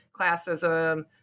classism